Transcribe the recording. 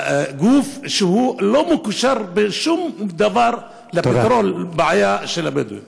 גוף שלא מקושר בשום דבר לפתרון הבעיה של הבדואים.